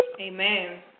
Amen